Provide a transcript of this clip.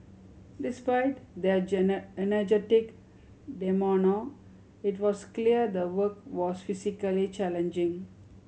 despite their energetic it was clear the work was physically challenging